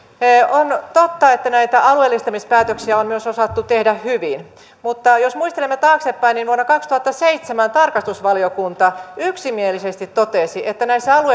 on totta että näitä alueellistamispäätöksiä on myös osattu tehdä hyvin mutta jos muistelemme taaksepäin niin vuonna kaksituhattaseitsemän tarkastusvaliokunta yksimielisesti totesi että näissä